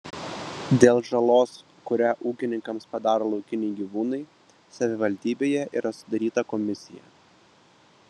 dėl žalos kurią ūkininkams padaro laukiniai gyvūnai savivaldybėje yra sudaryta komisija